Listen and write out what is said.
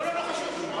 לא חשוב.